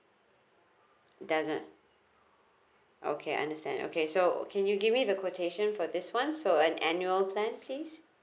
it doesn't okay understand okay so can you give me the quotation for this one so an annual plan please